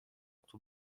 кто